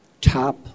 top